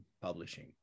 Publishing